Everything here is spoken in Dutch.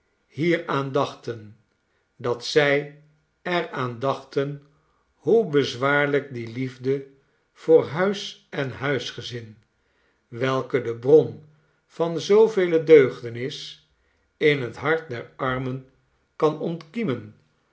regelen hieraan dachten dat zij er aan dachten hoe bezwaarlijk die liefde voor huis en huisgezin welke de bron van zoovele deugden is in het hart der armen kan ontkiemen